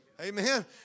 Amen